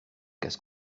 casse